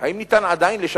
מנסים לנסוע